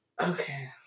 Okay